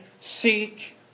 seek